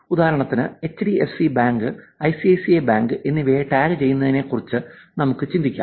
ഉദാഹരണത്തിന് HDFC bank ICICI bank എന്നിവയെ tag ചെയ്യുന്നതിനെക്കുറിച്ച് നമുക്ക് ചിന്തിക്കാം